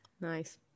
nice